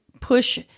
push